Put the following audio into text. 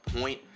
point